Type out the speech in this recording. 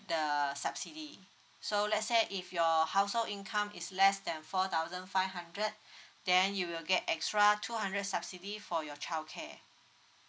the subsidy so let's say if your household income is less than four thousand five hundred then you will get extra two hundred subsidy for your child care